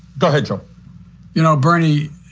go ahead, joe you know, bernie,